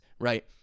right